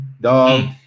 dog